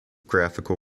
graphical